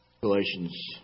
Galatians